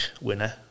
winner